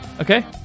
Okay